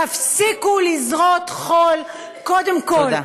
תפסיקו לזרות חול, קודם כול, תודה.